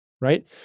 right